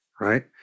right